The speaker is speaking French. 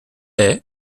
est